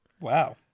Wow